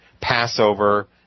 Passover